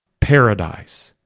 paradise